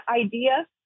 idea